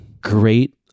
great